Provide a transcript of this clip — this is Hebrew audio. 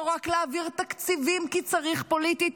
רק להעביר תקציבים כי צריך פוליטית.